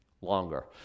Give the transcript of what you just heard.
longer